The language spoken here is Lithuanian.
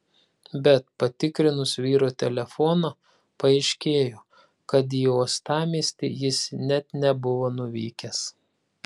bet patikrinus vyro telefoną paaiškėjo kad į uostamiestį jis net nebuvo nuvykęs